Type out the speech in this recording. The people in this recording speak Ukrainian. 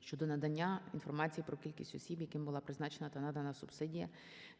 щодо надання інформації про кількість осіб, яким була призначена та надана субсидія